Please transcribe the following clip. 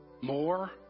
More